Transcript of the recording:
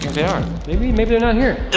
they're not here.